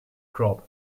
crop